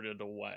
away